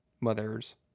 mother's